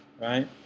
right